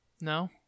No